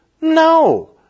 No